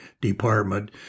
Department